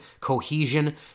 cohesion